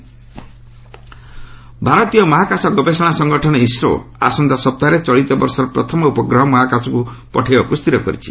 ISRO launch ଭାରତୀୟ ମହାକାଶ ଗବେଷଣା ସଂଗଠନ ଇସ୍ରୋ ଆସନ୍ତା ସପ୍ତାହରେ ଚଳିତ ବର୍ଷର ପ୍ରଥମ ଉପଗ୍ରହ ମହାକାଶକୁ ପଠାଇବାକୁ ସ୍ଥିର କରିଛି